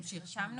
נמשיך.